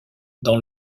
dans